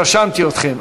רשמתי אתכם.